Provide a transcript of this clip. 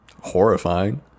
horrifying